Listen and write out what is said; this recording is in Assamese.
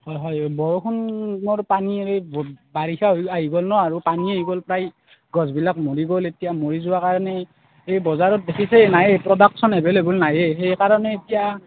হয় হয় এই বৰষুণৰ পানীয়েৰে বাৰিষা আহি গ'ল ন পানী আহি গ'ল গছবিলাক মৰি গ'ল এতিয়া মৰি যোৱাৰ কাৰণে এই বজাৰত বিশেষকৈ নায়েই প্ৰডাকশ্যন এভেইলএবল নাইয়েই সেই কাৰণে এতিয়া